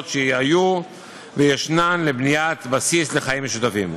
שהיו וישנן לבניית בסיס לחיים משותפים.